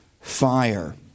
fire